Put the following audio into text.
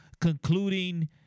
concluding